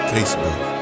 Facebook